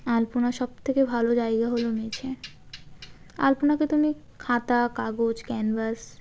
আলপনার সবথেকে ভালো জায়গা হলো মেঝে আলপনাকে তুমি খাতা কাগজ ক্যানভাস